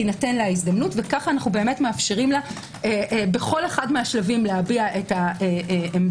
תינתן לה ההזדמנות ובכך אנו מאפשרים לה בכל אחד מהשלבים את העמדה.